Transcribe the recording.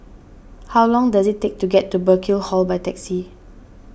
how long does it take to get to Burkill Hall by taxi